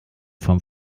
von